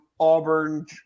Auburn